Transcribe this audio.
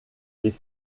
clés